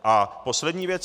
A poslední věc.